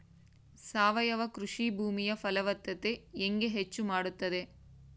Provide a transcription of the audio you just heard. ಸಾವಯವ ಕೃಷಿ ಭೂಮಿಯ ಫಲವತ್ತತೆ ಹೆಂಗೆ ಹೆಚ್ಚು ಮಾಡುತ್ತದೆ?